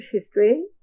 history